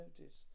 notice